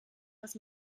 dass